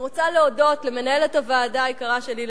אני רוצה להודות למנהלת הוועדה היקרה שלי,